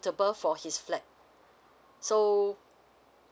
for his flat so